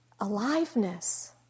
aliveness